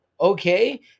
okay